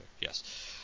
yes